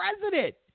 president